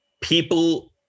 people